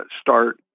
start